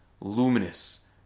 luminous